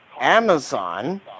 Amazon